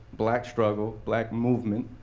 black struggle, black movement,